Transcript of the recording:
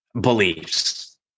beliefs